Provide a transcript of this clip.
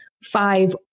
five